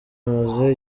amaze